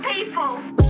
People